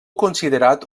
considerat